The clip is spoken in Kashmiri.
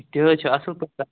تہِ حظ چھ اَصٕل